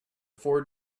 four